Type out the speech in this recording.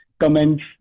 comments